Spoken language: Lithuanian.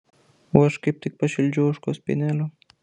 o aš kaip tik pašildžiau ožkos pienelio